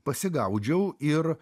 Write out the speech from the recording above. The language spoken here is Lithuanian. pasigaudžiau ir